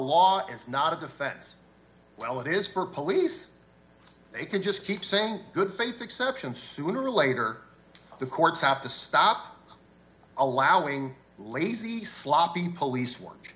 law is not a defense well it is for police they can just keep saying good faith exception sooner or later the courts have to stop allowing lazy sloppy police wor